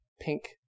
pink